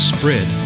Spread